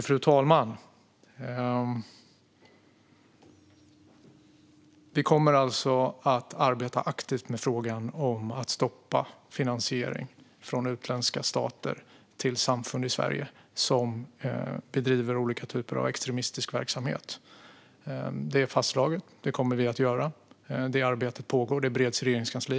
Fru talman! Vi kommer alltså att arbeta aktivt med frågan om att stoppa finansiering från utländska stater till samfund i Sverige som bedriver olika typer av extremistisk verksamhet. Det är fastslaget, och det kommer vi att göra. Frågan bereds i Regeringskansliet.